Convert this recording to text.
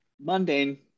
mundane